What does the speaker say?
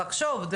לחשוב,